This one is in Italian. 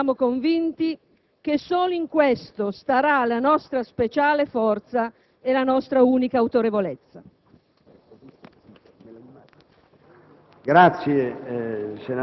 Se l'Europa è potenza civile, noi siamo convinti che solo in questo starà la nostra speciale forza e la nostra unica autorevolezza.